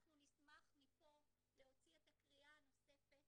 אנחנו נשמח מפה להוציא את הקריאה הנוספת,